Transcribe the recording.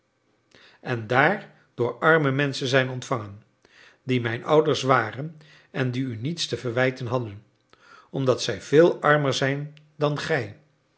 gaan en daar door arme menschen zijn ontvangen die mijn ouders waren en die u niets te verwijten hadden omdat zij veel armer zijn dan gij